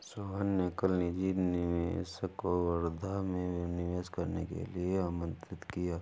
सोहन ने कल निजी निवेशक को वर्धा में निवेश करने के लिए आमंत्रित किया